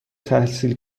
تحصیل